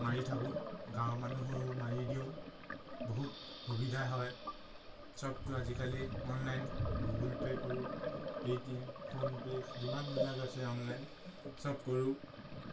মাৰি থাকোঁ গাঁৱৰ মানুহৰো মাৰি দিওঁ বহুত সুবিধা হয় চবটো আজিকালি অনলাইন গুগুল পে' কৰোঁ পে'টিএম ফোনপে' যিমানবিলাক আছে অনলাইন চব কৰোঁ